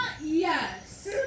Yes